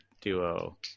duo